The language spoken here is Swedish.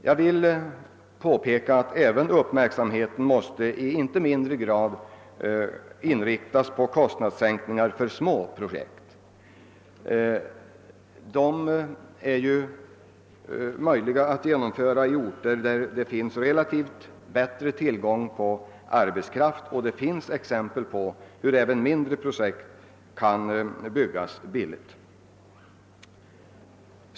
Jag vill understryka att uppmärksamhet i inte mindre grad måste inriktas på åtgärder för att åstadkomma kostnadssänkningar även då det gäller små projekt. Detta är möjligt att genomföra särskilt på orter med tillgång till arbetskraft. Det finns exempel på att även mindre projekt kan bli billiga i förhållande till den konventionella prisnivån.